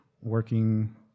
working